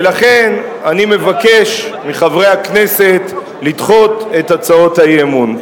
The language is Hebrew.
ולכן אני מבקש מחברי הכנסת לדחות את הצעות האי-אמון.